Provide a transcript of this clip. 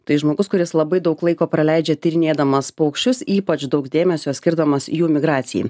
tai žmogus kuris labai daug laiko praleidžia tyrinėdamas paukščius ypač daug dėmesio skirdamas jų migracijai